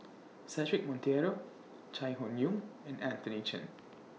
Cedric Monteiro Chai Hon Yoong and Anthony Chen